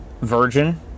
Virgin